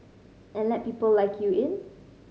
and let people like you in